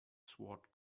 sword